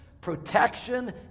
protection